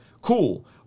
cool